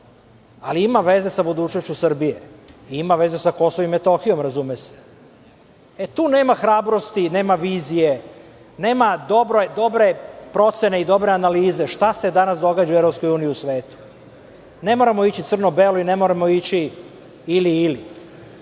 ali ima veze sa budućnošću Srbije. Ima veze sa KiM, razume se. Tu nema hrabrosti, nema vizije, nema dobre procene i dobre analize šta se danas događa u EU u svetu. Ne moramo ići crno-belo, i ne moramo ići ili-ili. Ako